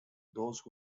those